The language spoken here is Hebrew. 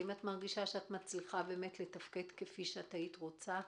האם את מרגישה שאת מצליחה לתפקד כפי שהיית רוצה?